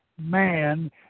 man